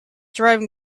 driving